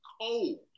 cold